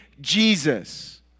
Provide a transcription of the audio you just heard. Jesus